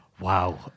Wow